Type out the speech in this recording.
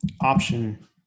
option